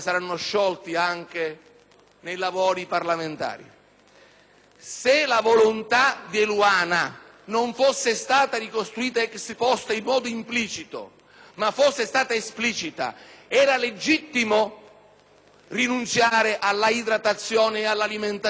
Se la volontà di Eluana non fosse stata ricostruita *ex post* in modo implicito ma fosse stata esplicita, sarebbe stato legittimo rinunciare all'idratazione e all'alimentazione forzata o il nostro ordinamento